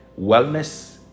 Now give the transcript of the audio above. wellness